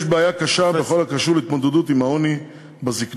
שיש בעיה קשה בכל הקשור בהתמודדות עם העוני בזיקנה.